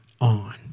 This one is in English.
on